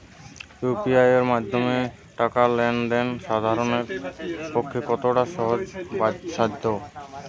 UPI এর মাধ্যমে টাকা লেন দেন সাধারনদের পক্ষে কতটা সহজসাধ্য?